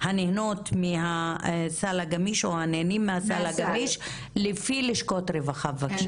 הנהנות מהסל הגמיש או הנהנים מהסל הגמיש לפי לשכות רווחה בבקשה.